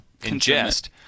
ingest